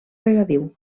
regadiu